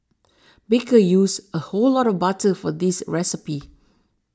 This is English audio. baker used a whole block of butter for this recipe